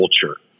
culture